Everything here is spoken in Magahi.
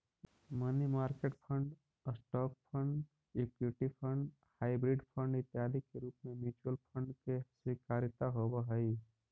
money market fund, stock fund, equity fund, hybrid fund इत्यादि के रूप में म्यूचुअल फंड के स्वीकार्यता होवऽ हई